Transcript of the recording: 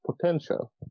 potential